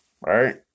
Right